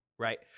Right